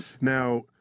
now